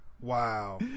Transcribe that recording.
Wow